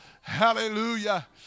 Hallelujah